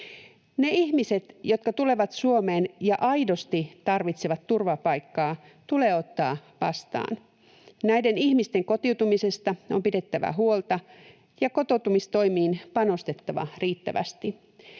Ne ihmiset, jotka tulevat Suomeen ja aidosti tarvitsevat turvapaikkaa, tulee ottaa vastaan. Näiden ihmisten kotiutumisesta on pidettävä huolta ja kotoutumistoimiin panostettava riittävästi.